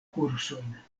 kursojn